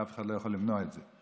ואף אחד לא יכול למנוע את זה,